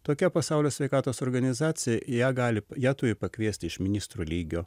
tokia pasaulio sveikatos organizacija ją gali ją turi pakviesti iš ministrų lygio